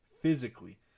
physically